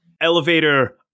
Elevator